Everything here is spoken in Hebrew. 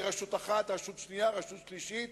רשות אחת, רשות שנייה, רשות שלישית,